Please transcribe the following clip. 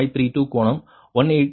532 கோணம் 183